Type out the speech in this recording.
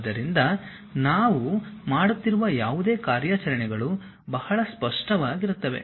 ಆದ್ದರಿಂದ ನಾವು ಮಾಡುತ್ತಿರುವ ಯಾವುದೇ ಕಾರ್ಯಾಚರಣೆಗಳು ಬಹಳ ಸ್ಪಷ್ಟವಾಗಿರುತ್ತವೆ